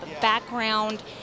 background